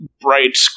bright